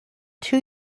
two